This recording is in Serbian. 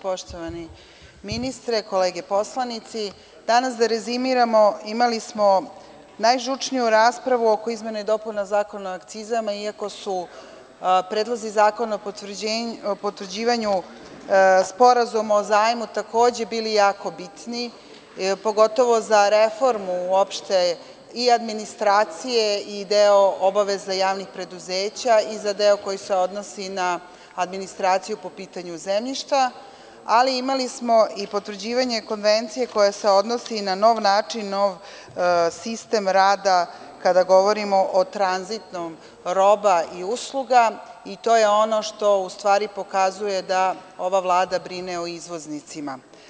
Poštovani ministre, kolege poslanici, danas da rezimiramo, imali smo najžučniju raspravu oko izmena i dopuna Zakona o akcizama, iako su predlozi zakona o potvrđivanju sporazuma o zajmu takođe bili jako bitni, pogotovo za reformu administracije i deo obaveza javnih preduzeća, kao i za deo koji se odnosi na administraciju po pitanju zemljišta, ali imali smo i potvrđivanje Konvencije koja se odnosi na nov sistem rada, kada govorimo o tranzitu roba i usluga, i to je ono što pokazuje da ova Vlada brine o izvoznicima.